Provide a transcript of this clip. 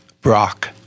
Brock